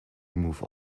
remove